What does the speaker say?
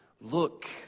look